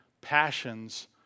passions